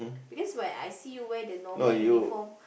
because when I see you wear the normal uniform